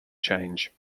change